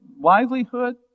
livelihood